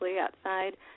outside